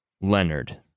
Leonard